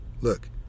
Look